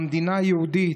במדינה היהודית.